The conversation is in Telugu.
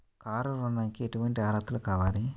కారు ఋణంకి ఎటువంటి అర్హతలు కావాలి?